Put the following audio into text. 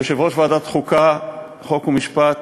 ליושב-ראש ועדת החוקה, חוק ומשפט,